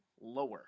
lower